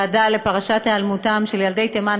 לפרשת היעלמותם של ילדי תימן,